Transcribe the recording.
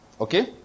okay